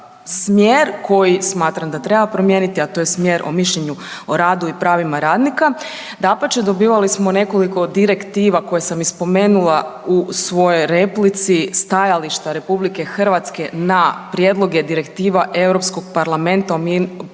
smjer koji smatram da treba promijeniti, a to je smjer o mišljenju o radu i pravima radnika. Dapače, dobivali smo nekoliko direktiva koje sam i spomenula u svojoj replici, stajališta RH na prijedloge direktiva Europskog parlamenta pogotovo